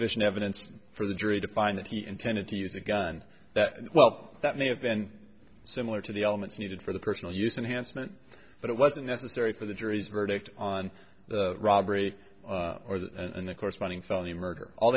sufficient evidence for the jury to find that he intended to use a gun that well that may have been similar to the elements needed for the personal use and handsome and but it wasn't necessary for the jury's verdict on the robbery and the corresponding felony murder all